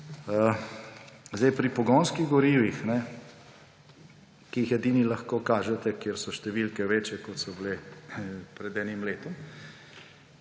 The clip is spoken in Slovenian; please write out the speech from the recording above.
Pri pogonskih gorivih, ki jih edine lahko kažete, kjer so številke večje, kot so bile pred enim letom,